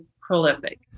prolific